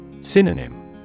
Synonym